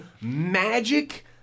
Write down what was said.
magic